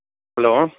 hello